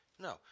No